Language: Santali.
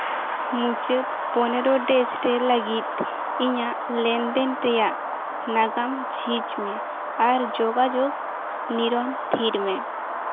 ᱢᱩᱪᱟᱹᱫ ᱯᱚᱱᱮᱨᱚ ᱰᱮᱥ ᱞᱟᱹᱜᱤᱫ ᱤᱧᱟᱹᱜ ᱞᱮᱱᱫᱮᱱ ᱨᱮᱭᱟᱜ ᱱᱟᱜᱟᱢ ᱡᱷᱤᱡᱽ ᱢᱮ ᱟᱨ ᱡᱳᱜᱟᱡᱳᱜᱽ ᱱᱤᱨᱚᱱ ᱛᱷᱤᱨ ᱢᱮ